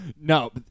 No